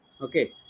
Okay